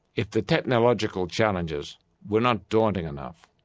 if the technological challenges were not daunting enough,